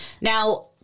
Now